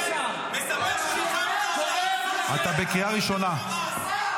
--- אתה בקריאה ראשונה.